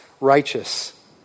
righteous